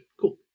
Cool